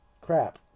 Crap